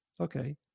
Okay